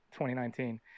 2019